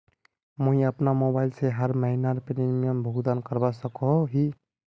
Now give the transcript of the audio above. मुई अपना मोबाईल से हर महीनार प्रीमियम भुगतान करवा सकोहो ही?